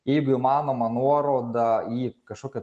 jeigu įmanoma nuoroda į kažkokią